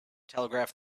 telegraph